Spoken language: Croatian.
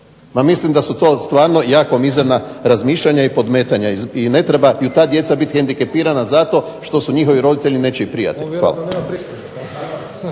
mislim da su to stvarno jako mizerna razmišljanja i podmetanja i ne trebaju ta djeca biti hendikepirana zato što su njihovi roditelji nečiji prijatelji. Hvala.